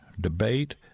debate